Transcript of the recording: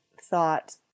thought